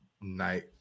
night